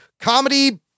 comedy